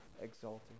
exalted